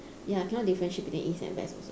ya I cannot differentiate between east and west also